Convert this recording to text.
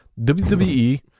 WWE